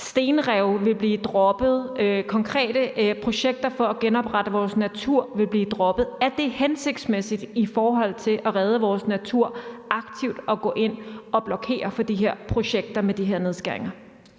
stenrev vil blive droppet og konkrete projekter for at genoprette vores natur vil blive droppet? Er det hensigtsmæssigt i forhold til at redde vores natur aktivt at gå ind at blokere for de her projekter med de her nedskæringer?